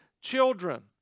children